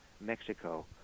Mexico